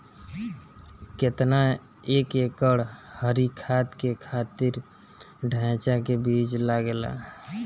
केतना एक एकड़ हरी खाद के खातिर ढैचा के बीज लागेला?